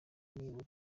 nibura